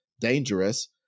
dangerous